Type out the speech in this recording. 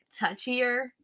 Touchier